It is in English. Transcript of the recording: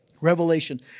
Revelation